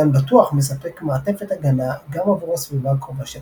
גן בטוח מספק מעטפת הגנה גם עבור הסביבה הקרובה של